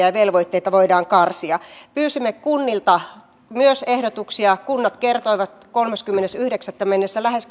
ja velvoitteita voidaan karsia pyysimme kunnilta myös ehdotuksia kunnat kertoivat kolmaskymmenes yhdeksättä mennessä lähes